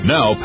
Now